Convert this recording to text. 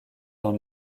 dans